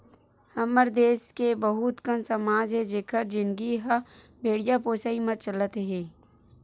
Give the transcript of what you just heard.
हमर देस के बहुत कन समाज हे जिखर जिनगी ह भेड़िया पोसई म चलत हे